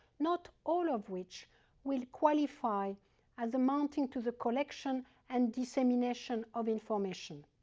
not all of which will qualify as amounting to the collection and dissemination of information,